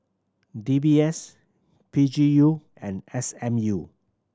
D B S P G U and S M U